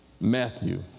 Matthew